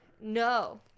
No